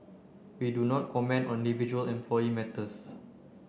we do not comment on individual employee matters